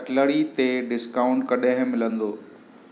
कटलड़ी ते डिस्काउंट कॾहिं मिलंदो